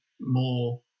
more